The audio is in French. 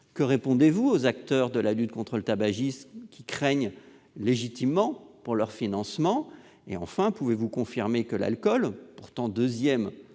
Que répondez-vous aux acteurs de la lutte contre le tabagisme, qui craignent légitimement pour leurs financements ? Enfin, pouvez-vous nous confirmer que l'alcool, deuxième